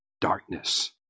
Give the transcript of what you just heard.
darkness